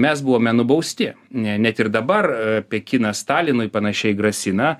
mes buvome nubausti ne net ir dabar a pekinas stalinui panašiai grasina